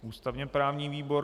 Ústavněprávní výbor.